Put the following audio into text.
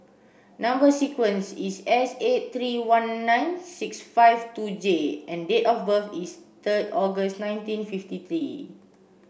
number sequence is S eight three one nine six five two J and date of birth is third August nineteen fifty three